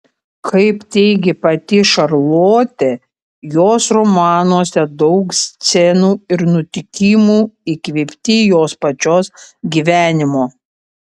kaip teigė pati šarlotė jos romanuose daug scenų ir nutikimų įkvėpti jos pačios gyvenimo